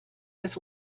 his